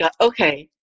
okay